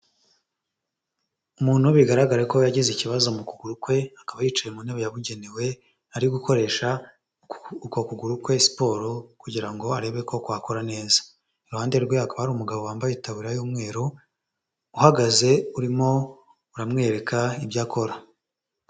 Umuntu bigaragara ko yagize ikibazo mu kuguru kwe, akaba yicaye mu ntebe yabugenewe, ari gukoresha uku kuguru kwe siporo kugira ngo arebe ko kwakora neza. Iruhande rwe hakaba hari umugabo wambaye itaburiya y'umweru uhagaze urimo uramwereka ibyo akora.